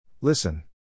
Listen